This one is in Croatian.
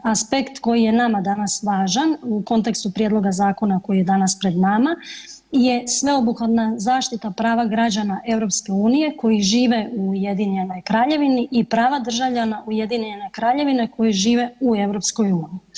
Aspekt koji je nama danas važan u kontekstu prijedloga zakona koji je danas pred nama je sveobuhvatna zaštita prava građana EU koji žive u Ujedinjenoj Kraljevini i prava državljana Ujedinjene Kraljevine koji žive u EU.